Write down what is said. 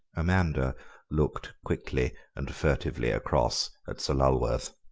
amanda looked quickly and furtively across at sir lulworth.